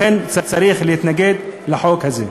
לכן, צריך להתנגד לחוק הזה.